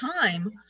time